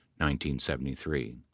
1973